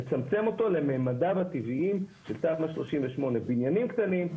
לצמצם אותו לממדיו הטבעיים של תמ"א 38. בניינים קטנים,